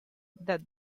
that